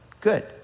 Good